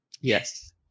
yes